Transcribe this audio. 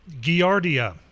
giardia